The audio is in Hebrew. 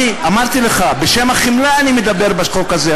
אני אמרתי לך, בשם החמלה אני מדבר על החוק הזה.